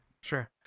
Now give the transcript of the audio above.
sure